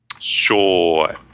Sure